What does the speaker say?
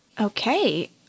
Okay